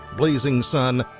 blazing sun,